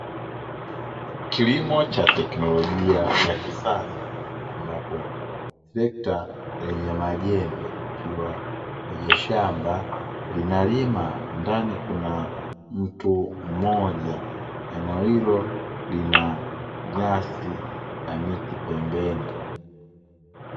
Kilimo cha teknolojia cha kisasa ambapo trekta lenye majembe ikiwa kwenye shamba linalima, ndani kuna mtu mmoja, eneo hilo lina nyasi na miti pembeni.